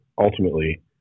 ultimately